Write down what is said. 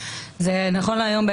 נכון להיום,